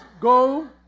go